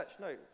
No